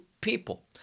people